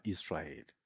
Israel